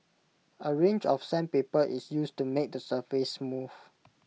A range of sandpaper is used to make the surface smooth